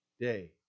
day